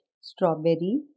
strawberry